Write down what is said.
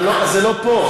אז זה לא פה.